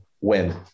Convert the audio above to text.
win